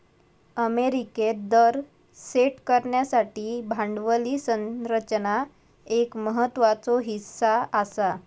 अमेरिकेत दर सेट करण्यासाठी भांडवली संरचना एक महत्त्वाचो हीस्सा आसा